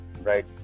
right